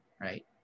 right